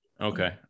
Okay